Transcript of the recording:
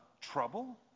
trouble